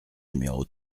numéro